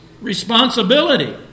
responsibility